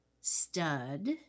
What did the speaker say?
stud